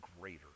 greater